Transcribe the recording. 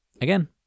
again